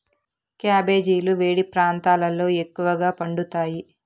క్యాబెజీలు వేడి ప్రాంతాలలో ఎక్కువగా పండుతాయి